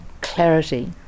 clarity